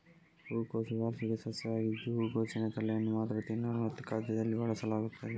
ಹೂಕೋಸು ವಾರ್ಷಿಕ ಸಸ್ಯವಾಗಿದ್ದು ಹೂಕೋಸಿನ ತಲೆಯನ್ನು ಮಾತ್ರ ತಿನ್ನಲು ಮತ್ತು ಖಾದ್ಯದಲ್ಲಿ ಬಳಸಲಾಗುತ್ತದೆ